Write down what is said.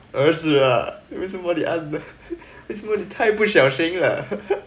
儿子 ah 为什么你按了 为什么你太不小心了